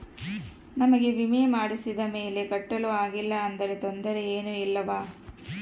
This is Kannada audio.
ನಮಗೆ ವಿಮೆ ಮಾಡಿಸಿದ ಮೇಲೆ ಕಟ್ಟಲು ಆಗಿಲ್ಲ ಆದರೆ ತೊಂದರೆ ಏನು ಇಲ್ಲವಾ?